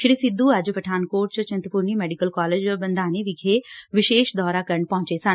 ਸ੍ਰੀ ਸਿੱਧੂ ਅੱਜ ਪਠਾਨਕੋਟ ਚ Chintpurni medical college Bandhani ਵਿਖੇ ਵਿਸ਼ੇਸ਼ ਦੌਰਾ ਕਰਨ ਪਹੁੰਚੇ ਸਨ